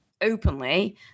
openly